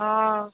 आं